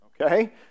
Okay